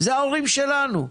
זה ההורים שלנו.